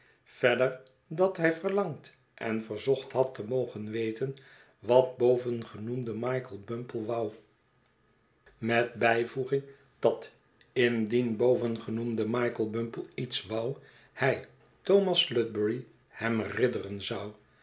verder dat hij verlangd en verzocht had te mogen weten wat bovengenoemde michael bumple wou met sghetsen van boz bijvoeging dat indien bovengenoemde michael bumple lets wou hij thomas sludberry hem ridderen zou